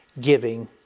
giving